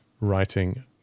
writing